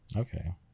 Okay